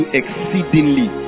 exceedingly